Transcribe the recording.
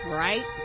right